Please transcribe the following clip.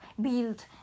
build